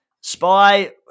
Spy